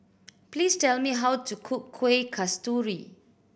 please tell me how to cook Kuih Kasturi